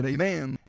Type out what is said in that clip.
Amen